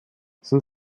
sind